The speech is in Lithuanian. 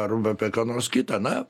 arba apie ką nors kita na